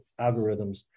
algorithms